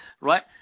Right